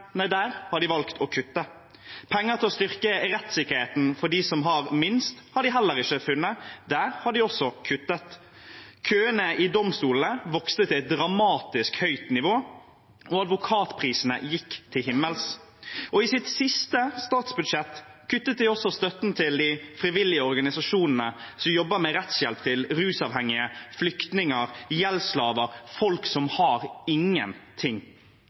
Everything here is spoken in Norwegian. nei, der har de valgt å kutte. Penger til å styrke rettssikkerheten for dem som har minst, har de heller ikke funnet. Der har de også kuttet. Køene i domstolene vokste til et dramatisk høyt nivå, og advokatprisene gikk til himmels. I sitt siste statsbudsjett kuttet de også støtten til de frivillige organisasjonene som jobber med rettshjelp til rusavhengige, flyktninger, gjeldsslaver – folk som har ingenting.